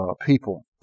people